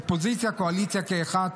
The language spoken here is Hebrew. אופוזיציה וקואליציה כאחד.